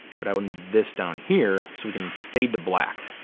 but i would need this down here so we can fade to black.